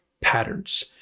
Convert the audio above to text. patterns